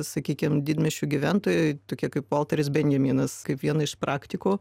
sakykim didmiesčių gyventojai tokie kaip volteris benjaminas kaip vieną iš praktikų